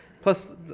Plus